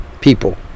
People